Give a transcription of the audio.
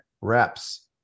reps